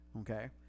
okay